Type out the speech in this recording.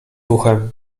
uchem